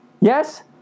Yes